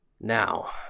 now